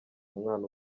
umwana